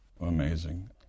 Amazing